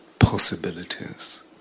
possibilities